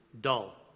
dull